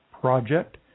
Project